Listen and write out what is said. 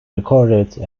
recorded